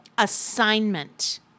assignment